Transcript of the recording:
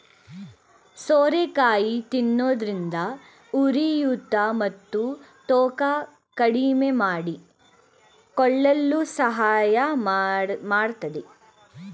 ಸೋರೆಕಾಯಿ ತಿನ್ನೋದ್ರಿಂದ ಉರಿಯೂತ ಮತ್ತು ತೂಕ ಕಡಿಮೆಮಾಡಿಕೊಳ್ಳಲು ಸಹಾಯ ಮಾಡತ್ತದೆ